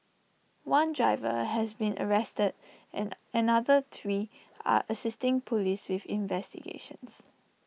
one driver has been arrested and another three are assisting Police with investigations